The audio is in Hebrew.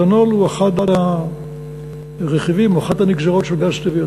מתנול הוא אחד הרכיבים או אחת הנגזרות של גז טבעי,